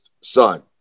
son